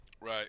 Right